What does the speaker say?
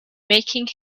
making